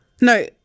no